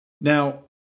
Now